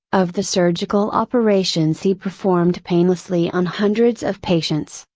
of the surgical operations he performed painlessly on hundreds of patients,